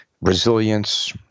resilience